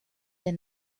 der